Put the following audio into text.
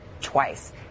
twice